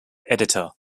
editor